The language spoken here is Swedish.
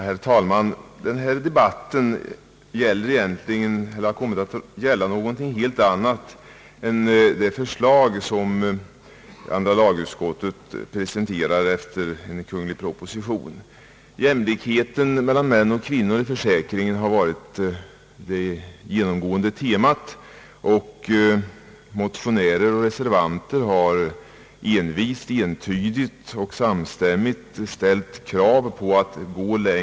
Herr talman! Den här debatten har kommit att gälla något helt annat än det förslag som andra lagutskottet presenterat på grundval av en kunglig proposition. Jämlikhet mellan män och kvinnor i fråga om den allmänna försäkringen har varit det genomgående temat, och motionärer och reservanter har envist, entydigt och samstämmigt ställt krav på att man borde gå längre.